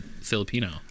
Filipino